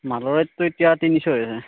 মালৰ ৰেটটো এতিয়া তিনিশ হৈ আছে